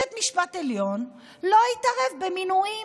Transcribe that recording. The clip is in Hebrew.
בית משפט עליון לא יתערב במינויים.